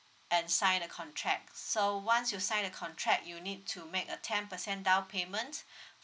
and sign the contract so once you sign the contract you need to make a ten percent down payment